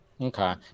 Okay